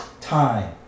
time